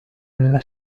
nella